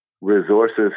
resources